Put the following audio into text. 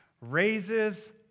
raises